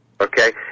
Okay